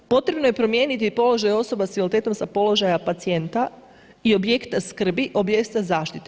Potrebno je promijeniti položaj osoba sa invaliditetom sa položaja pacijenta i objekta skrbi, objekta zaštite.